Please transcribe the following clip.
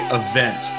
event